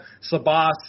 Sabas